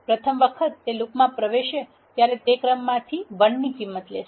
પ્રથમ વખત તે લૂપમાં પ્રવેશે ત્યારે તે ક્રમમાંથી 1 ની કિંમત લેશે